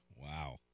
Wow